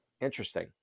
Interesting